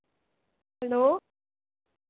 hello